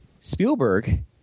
Spielberg